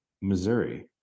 Missouri